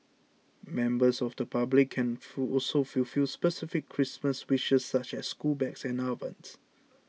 members of the public can also fulfil specific Christmas wishes such as school bags and ovens